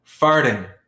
Farting